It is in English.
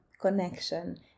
connection